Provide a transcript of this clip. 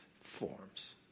forms